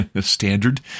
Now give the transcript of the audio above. standard